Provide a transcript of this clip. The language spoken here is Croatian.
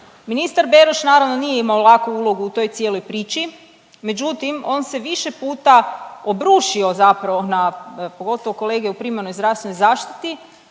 Ministar Beroš naravno nije imao laku ulogu u toj cijeloj priči međutim on se više puta obrušio zapravo na pogotovo kolege u primarnoj zdravstvenoj zaštiti